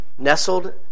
nestled